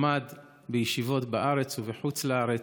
הוא למד בישיבות בארץ ובחוץ לארץ,